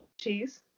cheese